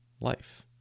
life